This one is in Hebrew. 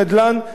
על מה ולמה?